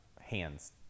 hands